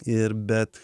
ir bet